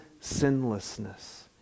sinlessness